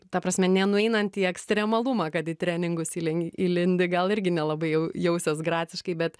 ta prasme nenueinant į ekstremalumą kad į treningus įli įlindi gal irgi nelabai jau jausies graciškai bet